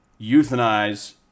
euthanize